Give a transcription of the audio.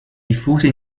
diffuse